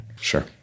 Sure